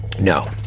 No